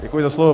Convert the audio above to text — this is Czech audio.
Děkuji za slovo.